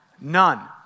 None